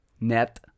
net